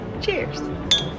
cheers